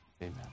amen